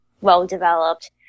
well-developed